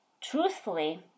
Truthfully